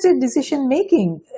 decision-making